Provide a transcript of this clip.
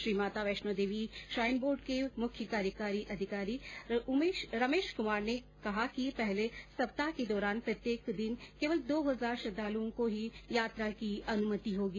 श्रीमाता Vaishno Devi shrine board के मुख्य कार्यकारी अधिकारी रमेश कुमार ने कहा कि पहले सप्ताह के दौरान प्रत्येक दिन केवल दो हजार श्रद्वालुओं को ही यात्रा की अनुमति होगी